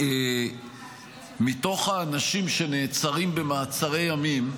מתוך האנשים שנעצרים במעצרי ימים,